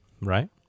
right